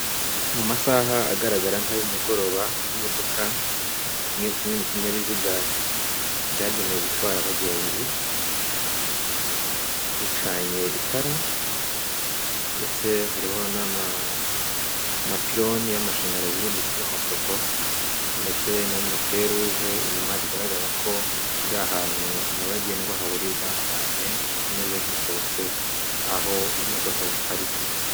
Mu masaha agaragara nk'ay'umugoroba imodoka imwe kimwe mu binyabiziga byagenewe gutwara abagenzi icanye itara ndetse hariho n'amapiloni y'amashanyarazi ndetse n'amapoto ndetse n'amaferuje, inyuma bigaragara ko iri ahantu nyabagendwa hahurirwa abantu benshi imeze nk'isohotse aho imodoka ziparika.